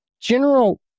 general